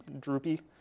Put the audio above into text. droopy